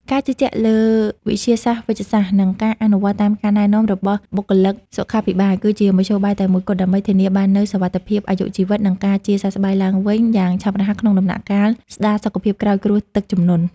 ការជឿជាក់លើវិទ្យាសាស្ត្រវេជ្ជសាស្ត្រ និងការអនុវត្តតាមការណែនាំរបស់បុគ្គលិកសុខាភិបាល គឺជាមធ្យោបាយតែមួយគត់ដើម្បីធានាបាននូវសុវត្ថិភាពអាយុជីវិត និងការជាសះស្បើយឡើងវិញយ៉ាងឆាប់រហ័សក្នុងដំណាក់កាលស្តារសុខភាពក្រោយគ្រោះទឹកជំនន់។